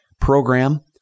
program